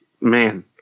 man